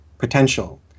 potential